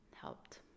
helped